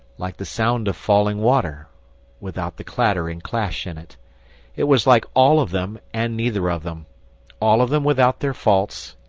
like the sound of falling water without the clatter and clash in it it was like all of them and neither of them all of them without their faults,